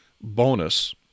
bonus